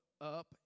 up